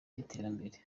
y’iterambere